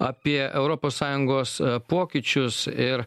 apie europos sąjungos pokyčius ir